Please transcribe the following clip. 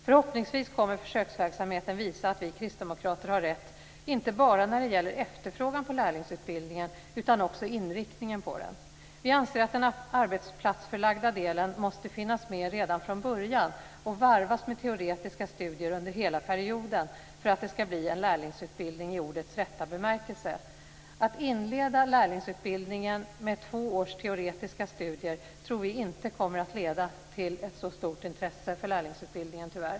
Förhoppningsvis kommer försöksverksamheten att visa att vi kristdemokrater har rätt inte bara när det gäller efterfrågan på lärlingsutbildning utan också när det gäller inriktningen på den. Vi anser att den arbetsplatsförlagda delen måste finnas med redan från början och varvas med teoretiska studier under hela perioden för att det skall bli en lärlingsutbildning i ordets rätta bemärkelse. Att inleda en lärlingsutbildning med två års teoretiska studier tror vi tyvärr inte kommer att leda till ett så stort intresse för lärlingsutbildningen.